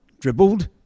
dribbled